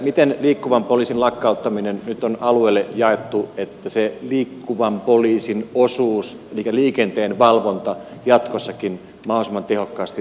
miten liikkuvan poliisin lakkauttaminen nyt on alueille jaettu että se liikkuvan poliisin osuus eli liikenteen valvonta jatkossakin mahdollisimman tehokkaasti tulee hoidetuksi